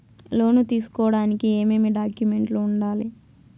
లోను తీసుకోడానికి ఏమేమి డాక్యుమెంట్లు ఉండాలి